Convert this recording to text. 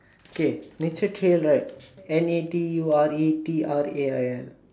okay nature trail right N A T U R E T R A I L